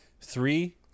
Three